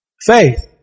Faith